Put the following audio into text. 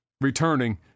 returning